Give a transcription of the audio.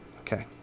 Okay